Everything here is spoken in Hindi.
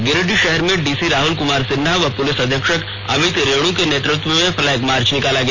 गिरिडीह शहर में डीसी राहुल कुमार सिन्हा व पुलिस अधीक्षक अमित रेणु के नेतृत्व में फ्लैग मार्च निकाला गया